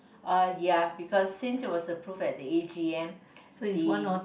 uh ya because since it was approved at the a_g_m the